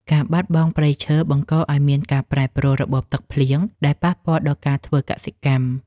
ការបាត់បង់ព្រៃឈើបង្កឱ្យមានការប្រែប្រួលរបបទឹកភ្លៀងដែលប៉ះពាល់ដល់ការធ្វើកសិកម្ម។